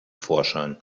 vorschein